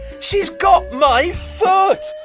she's got my foot.